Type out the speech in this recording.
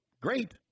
Great